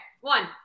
one